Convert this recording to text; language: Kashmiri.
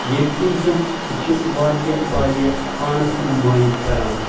ییٚمہِ کِنۍ زن یہِ چھ واریاہ واریاہ پانس کُن مأیِل کران